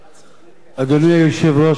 אדוני היושב-ראש, כבוד השר,